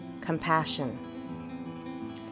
compassion